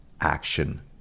action